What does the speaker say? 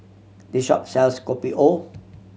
this shop sells Kopi O